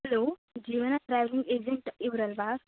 hello Jeevana travelling agent ಇವ್ರು ಅಲ್ಲವಾ